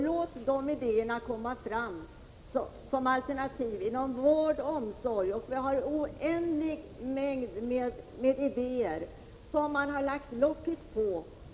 Låt deras idéer komma fram som alternativ inom vård och omsorg! Det finns en oändlig mängd idéer som socialdemokraterna lägger locket på.